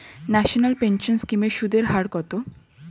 National pension scheme এর সুদের হার কত?